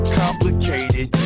complicated